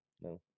No